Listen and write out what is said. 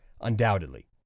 undoubtedly